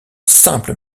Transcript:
simple